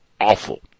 awful